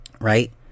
right